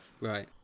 right